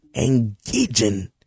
engaging